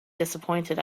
disappointed